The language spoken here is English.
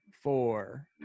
four